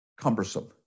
cumbersome